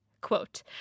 quote